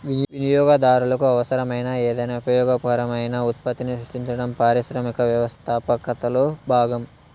వినియోగదారులకు అవసరమైన ఏదైనా ఉపయోగకరమైన ఉత్పత్తిని సృష్టించడం పారిశ్రామిక వ్యవస్థాపకతలో భాగం